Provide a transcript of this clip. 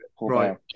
Right